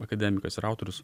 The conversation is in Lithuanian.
akademikas ir autorius